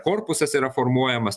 korpusas yra formuojamas